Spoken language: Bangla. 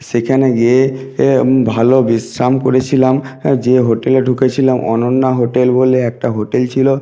সেখানে গিয়ে ইয়ে ভালো বিশ্রাম করেছিলাম যে হোটেলে ঢুকেছিলাম অনন্যা হোটেল বলে একটা হোটেল ছিলো